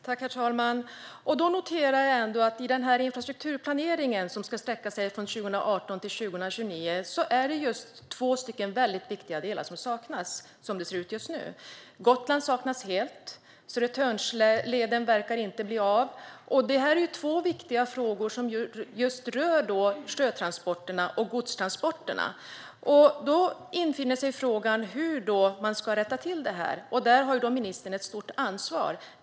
Herr talman! Jag noterar ändå att det, som det ser ut just nu, saknas två väldigt viktiga delar i den infrastrukturplanering som ska sträcka sig från 2018 till 2029: Gotland saknas helt, och Södertörnsleden verkar inte bli av. Det här är två viktiga frågor som rör just sjötransporterna och godstransporterna. Då infinner sig frågan om hur man ska rätta till detta. Där har ministern ett stort ansvar.